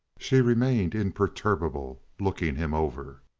she remained imperturbable, looking him over.